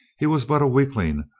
he was but a weakling,